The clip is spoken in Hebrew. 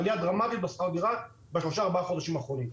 מדובר בעלייה דרמטית בשכר דירה בשלושה-ארבעה חודשים אחרונים.